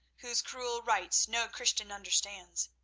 whose cruel rites no christian understands.